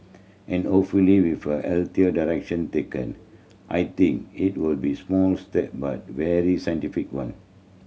and with a healthier direction taken I think it will be small step but very scientific one